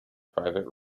private